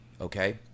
okay